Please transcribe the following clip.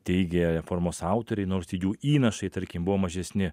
teigė reformos autoriai nors jų įnašai tarkim buvo mažesni